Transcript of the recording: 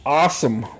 awesome